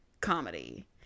comedy